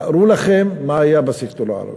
תארו לכם מה היה בסקטור הערבי.